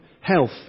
health